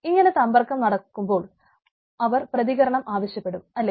ഇങ്ങനെ സമ്പർക്കം നടക്കുമ്പോൾ അവർ പ്രതികരണം ആവശ്യപ്പെടും അല്ലെ